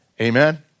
amen